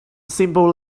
simple